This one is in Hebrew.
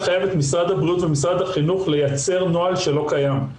לחייב את משרד החינוך ומשרד הבריאות לייצר נוהל שלא קיים.